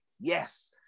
yes